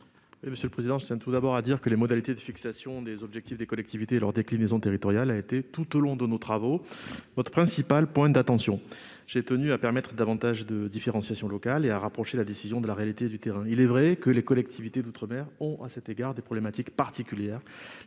de la commission des affaires économiques ? Les modalités de fixation des objectifs des collectivités et leur déclinaison territoriale ont constitué, tout au long de nos travaux, notre principal point d'attention. J'ai tenu à permettre davantage de différenciation locale et à rapprocher la décision de la réalité du terrain. Il est vrai que les collectivités d'outre-mer doivent faire face, à cet égard, à des problématiques particulières,